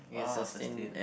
oh sustain